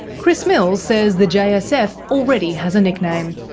chris mills says the jsf already has a nickname.